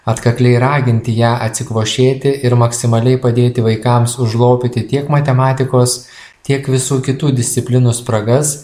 atkakliai raginti ją atsikvošėti ir maksimaliai padėti vaikams užlopyti tiek matematikos tiek visų kitų disciplinų spragas